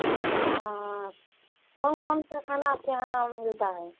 हाँ कौन कौनसा सा खाना आपके यहाँ मिलता है